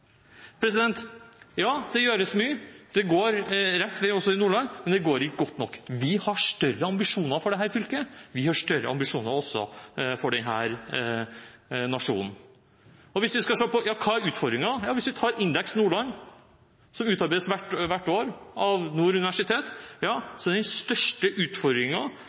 Ja, det gjøres mye, det går rett vei også i Nordland, men det går ikke godt nok. Vi har større ambisjoner for dette fylket, vi har større ambisjoner også for denne nasjonen. Og hva er utfordringen? Indeks Nordland, som utarbeides hvert år av Nord universitet, viser at den største utfordringen er å få tatt i bruk de ressursene som